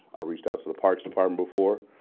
ah reached out to the parks department before.